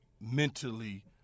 mentally